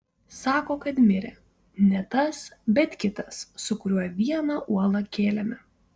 sako kad mirė ne tas bet kitas su kuriuo vieną uolą kėlėme